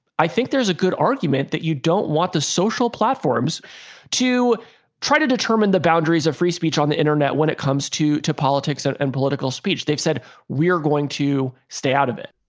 i think there's a good argument that you don't. the social platforms to try to determine the boundaries of free speech on the internet when it comes to to politics and and political speech, they've said we're going to stay out of it